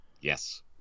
Yes